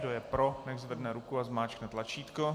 Kdo je pro, nechť zvedne ruku a zmáčkne tlačítko.